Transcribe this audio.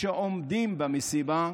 שעומדים במשימה,